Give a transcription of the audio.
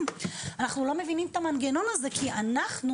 אנחנו לא מבינים את המנגנון הזה כי אנחנו,